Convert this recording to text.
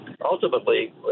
ultimately